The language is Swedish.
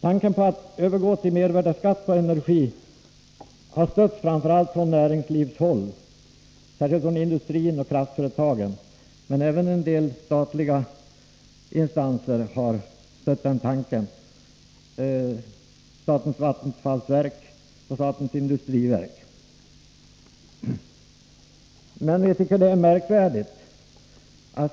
Tanken på att övergå till mervärdeskatt på energi har stötts framför allt från näringslivshåll, särskilt från industrin och kraftföretagen. Men även en del statliga instanser har stött tanken, statens vattenfallsverk och statens industriverk.